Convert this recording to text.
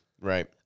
Right